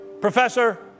professor